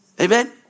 Amen